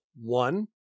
one